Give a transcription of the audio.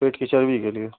पेट की चर्बी के लिए